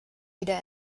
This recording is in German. wieder